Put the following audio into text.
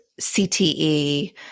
CTE